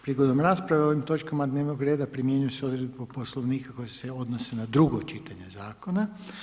Prigodom rasprave o ovim točkama dnevnog reda primjenjuju se odredbe Poslovnika koje se odnose na drugo čitanje zakona.